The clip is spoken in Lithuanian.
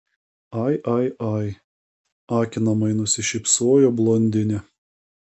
ai ai ai akinamai nusišypsojo blondinė